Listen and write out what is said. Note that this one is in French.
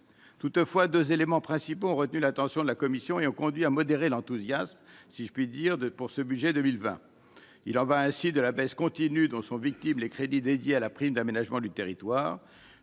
toutefois 2 éléments principaux ont retenu l'attention de la Commission et ont conduit à modérer l'enthousiasme si je puis dire de pour ce budget 2020, il en va ainsi de la baisse continue dont sont victimes les crédits dédiés à la prime d'aménagement du territoire,